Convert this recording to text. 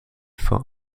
for